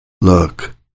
Look